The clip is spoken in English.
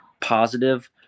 positive